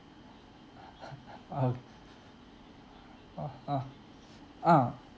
oh ah ah ah